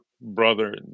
brother